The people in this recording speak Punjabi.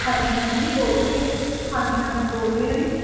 ਹਾਂਜੀ ਹਾਂਜੀ ਬੋਲ਼ ਰਹੇ ਆ ਹਾਂਜੀ ਹਾਂਜੀ ਬੋਲ਼ ਰਹੇ ਆ ਜੀ